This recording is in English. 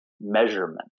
measurement